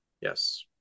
Yes